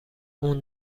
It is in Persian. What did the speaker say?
اون